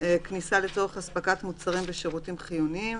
(ז)כניסה לצורך אספקת מוצרים ושירותים חיוניים,